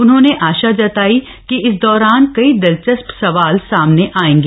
उन्होंने आशा व्यक्त की कि इस दौरान कई दिलचस्प सवाल सामने आयेंगे